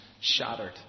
shattered